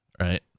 right